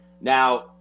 Now